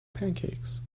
pancakes